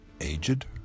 aged